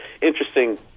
interesting